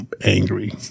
angry